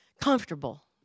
comfortable